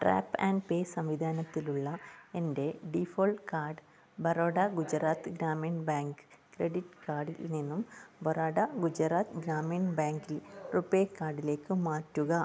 tap and pay സംവിധാനത്തിലുള്ള എൻ്റെ default card Baroda Gujarat Gramin bank credit കാർഡിൽ നിന്നും ബറോഡ ഗുജറാത്ത് ഗ്രാമീൺ ബാങ്കിൽ റുപേ കാർഡിലേക്ക് മാറ്റുക